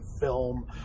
film